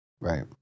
Right